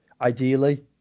ideally